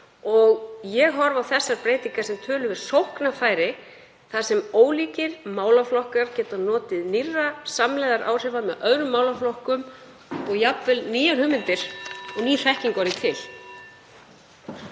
Ég horfi á þessar breytingar sem töluverð sóknarfæri þar sem ólíkir málaflokkar geta notið nýrra samlegðaráhrifa með öðrum málaflokkum og jafnvel nýjar hugmyndir og ný þekking orðið til.